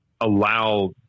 allow